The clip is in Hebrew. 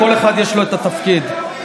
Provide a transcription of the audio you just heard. כל אחד יש לו את התפקיד שלו,